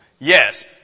Yes